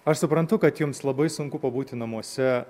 aš suprantu kad jums labai sunku pabūti namuose